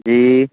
ਜੀ